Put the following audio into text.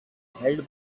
held